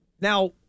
Now